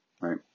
right